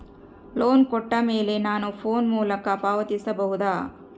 Loan ಕೊಟ್ಟ ಮೇಲೆ ನಾನು ಫೋನ್ ಮೂಲಕ ಪಾವತಿಸಬಹುದಾ?